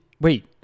wait